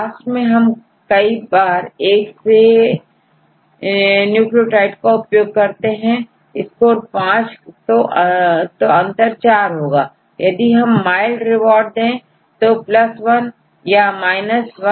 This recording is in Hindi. ब्लास्ट में हम कई बार एक से न्यूक्लियोटाइड का उपयोग करते हैं स्कोर5 तो अंतर4 होगा यदि आप माइल्ड reward दे1 या 1 दे